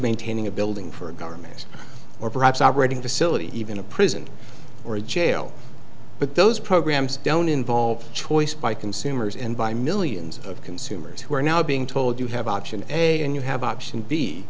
maintaining a building for a government or perhaps operating to sillett even a prison or a jail but those programs don't involve choice by consumers and by millions of consumers who are now being told you have option a and you have option b